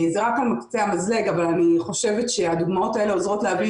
זה רק על קצה המזלג אבל אני חושבת שהדוגמאות האלה עוזרות להבין